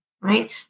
right